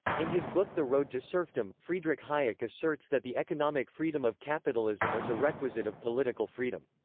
in his book the road to serfdom, friedrich hayek asserts that the economic freedom of capitalism is a requisite of political freedom.